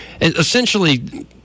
Essentially